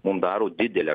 mum daro didelę